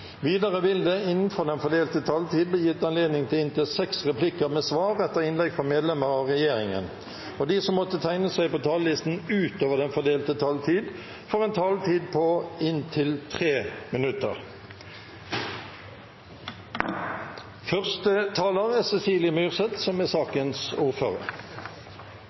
Videre vil det – innenfor den fordelte taletid – bli gitt anledning til inntil seks replikker med svar etter innlegg fra medlemmer av regjeringen, og de som måtte tegne seg på talerlisten utover den fordelte taletid, får også en taletid på inntil 3 minutter.